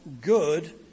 good